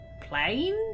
plane